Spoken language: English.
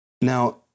Now